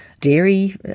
dairy